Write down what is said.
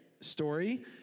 story